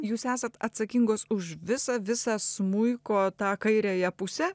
jūs esat atsakingos už visą visą smuiko tą kairiąją pusę